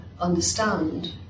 understand